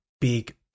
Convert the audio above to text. big